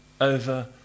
over